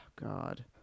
god